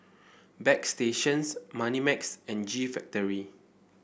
Bagstationz Moneymax and G Factory